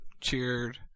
cheered